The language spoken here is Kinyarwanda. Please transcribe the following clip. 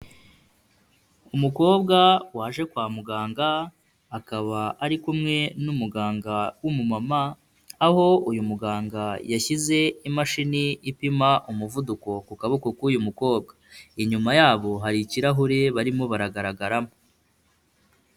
Umukobwa waje kwa muganga, akaba ari kumwe n'umuganga w'umumama, aho uyu muganga yashyize imashini ipima umuvuduko ku kaboko k'uyu mukobwa, inyuma yabo hari ikirahure barimo baragaragaramo.